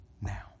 now